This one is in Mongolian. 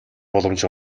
боломж